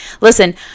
listen